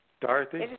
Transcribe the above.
Dorothy